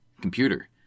Computer